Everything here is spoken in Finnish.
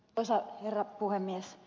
arvoisa herra puhemies